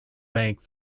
bank